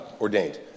ordained